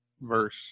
verse